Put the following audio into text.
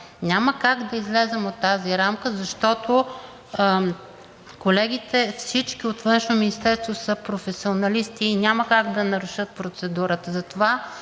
Няма как да излезем от тази рамка, защото колегите – всички от Външно министерство, са професионалисти и няма как да нарушат процедурата.